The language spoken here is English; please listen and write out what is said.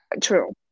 true